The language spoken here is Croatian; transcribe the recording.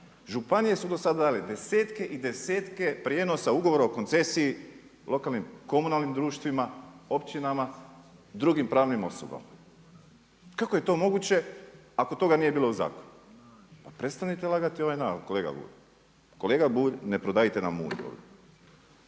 Županije su do sada dale desetke i desetke prijenosa ugovora o koncesiji lokalnim komunalnim društvima, općinama, drugim pravnim osobama. Kako je to moguće, ako toga nije bilo u zakonu? Pa prestanite lagati ovaj narod kolega Bulj. Kolega Bulj ne prodajite nam mulj.